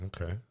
Okay